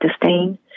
disdain